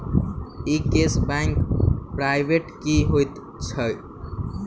ई cash back point की होइत छैक?